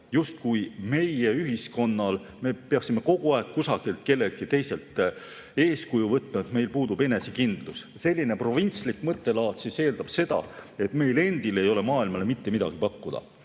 justkui me peaksime kogu aeg kellestki teisest eeskuju võtma, meil puudub enesekindlus. Selline provintslik mõttelaad eeldab seda, et meil endil ei ole maailmale mitte midagi pakkuda.